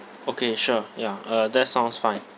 okay sure ya uh that sounds fine